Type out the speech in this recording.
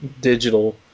digital